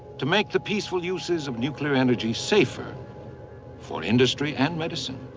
to make the peaceful uses of nuclear energy safer for industry and medicine.